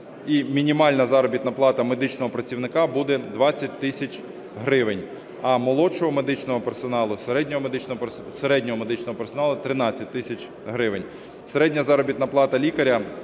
мінімальна заробітна плата медичного працівника буде 20 тисяч гривень, а молодшого медичного персоналу, середнього медичного персоналу – 13 тисяч гривень. Середня заробітна плата лікаря